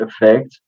effect